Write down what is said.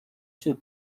sur